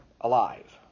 alive